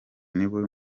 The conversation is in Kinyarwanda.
niwe